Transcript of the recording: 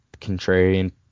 contrarian